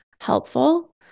helpful